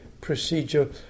procedure